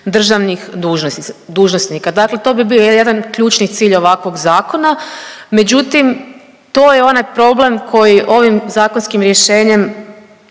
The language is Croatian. državnih dužnosnika. Dakle, to bi bio jedan ključni cilj ovakvog zakona, međutim to je onaj problem koji ovim zakonskim rješenjem